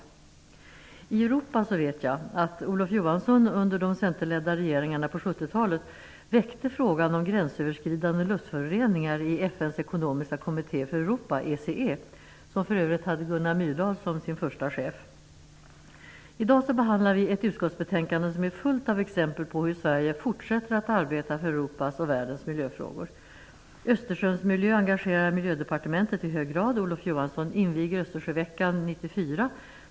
När det gäller Europa vet jag att Olof Johansson under de centerledda regeringarna på 70-talet väckte frågan om gränsöverskridande luftföroreningar i FN:s ekonomiska kommitté för Europa, ECE. Denna kommitté hade för övrigt Gunnar Myrdal som sin första chef. I dag behandlar vi ett utskottsbetänkande som är fullt av exempel på att Sverige fortsätter att arbeta för Europas och världens miljöfrågor. Östersjöns miljö engagerar Miljödepartementet i hög grad. Olof Johansson skall inviga Östersjöveckan 94.